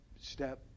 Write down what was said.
step